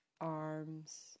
arms